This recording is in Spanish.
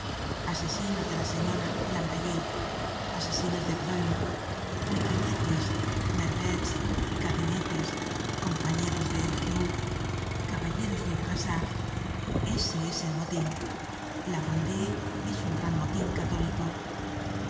asesinos de la señora de lamballé asesinos de bruñe miqueletes verdets cadenettes compañeros de jehú caballeros de brassard ese es el motin la vendée es un gran motin católico